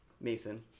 Mason